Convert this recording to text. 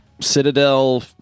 citadel